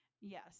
Yes